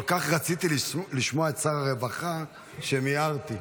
כל כך רציתי לשמוע את שר הרווחה, שמיהרתי.